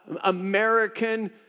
American